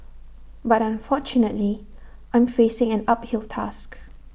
but unfortunately I'm facing an uphill task